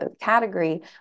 category